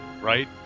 right